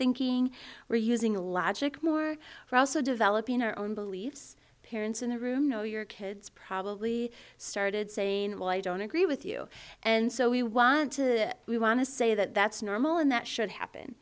thinking or using logic more or also developing our own beliefs parents in the room know your kids probably started saying well i don't agree with you and so we want to we want to say that that's normal and that should